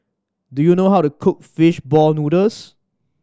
do you know how to cook fish ball noodles